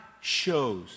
shows